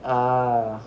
ah